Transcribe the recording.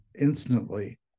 instantly